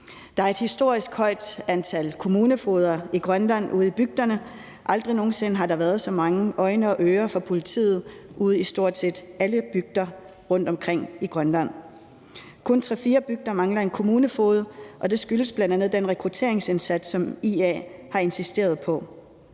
Der er et historisk højt antal kommunefogeder ude i bygderne. Der har aldrig nogen sinde været så mange politiøjne og -ører i stort set alle bygder rundtomkring i Grønland. Det er kun 3-4 bygder, der mangler en kommunefoged, og det skyldes bl.a. den rekrutteringsindsats, som IA har insisteret på.